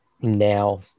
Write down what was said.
now